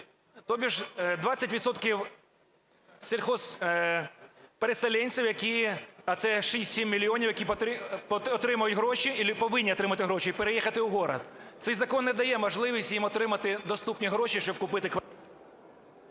відсотків сільхозпереселенців, а це 6-7 мільйонів, які отримують гроші або повинні отримати гроші і переїхати в город. Цей закон не дає можливість їм отримати доступні гроші, щоб купити квартиру...